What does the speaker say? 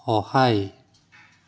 সহায়